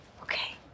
okay